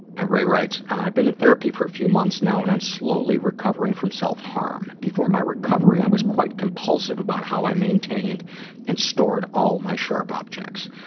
ray writes, i've been therapy for a few months now, and i'm slowly recovering from self-harm. before my recovery, i was quite compulsive about how i maintained and stored all my sharp objects.